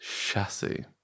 chassis